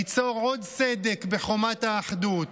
ליצור עוד סדק בחומת האחדות,